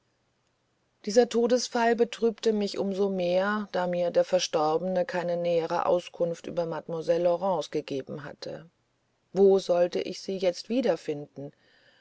dieser todesfall betrübte mich um so mehr da mir der verstorbene keine nähere auskunft über mademoiselle laurence gegeben hatte wo sollte ich sie jetzt wiederfinden